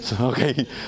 okay